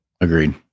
Agreed